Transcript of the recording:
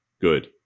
good